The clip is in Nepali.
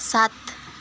सात